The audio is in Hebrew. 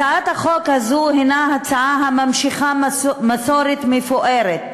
הצעת החוק הזאת היא הצעה הממשיכה מסורת מפוארת